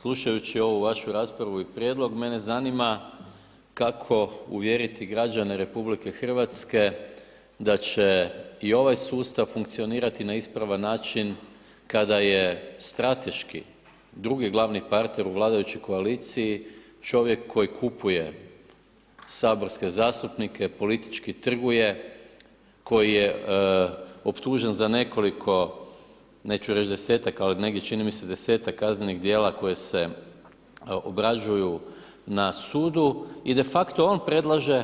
Slušajući ovu vašu raspravu i prijedlog mene zanima kako uvjeriti građane Republike Hrvatske da će i ovaj sustav funkcionirati na ispravan načina kada je strateški drugi glavni partner u vladajućoj koaliciji čovjek koji kupuje saborske zastupnike, politički trguje koji je optužen za nekoliko, neću reć desetaka ali negdje čini mi se desetak kaznenih dijela koji se obrađuju na sudu i defakto on predlaže